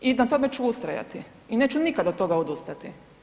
I na tome ću ustrajati i neću nikada od toga odustati.